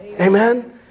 Amen